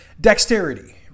Dexterity